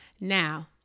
Now